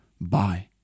Bye